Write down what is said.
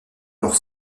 leur